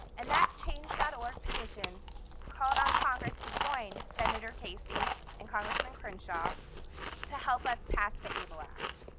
and that change dot org petition called on congress to join senator casey and congressman crenshaw to help us pass the able act.